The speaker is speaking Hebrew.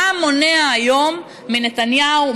מה מונע היום מנתניהו,